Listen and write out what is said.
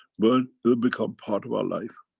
but it will become part of our life.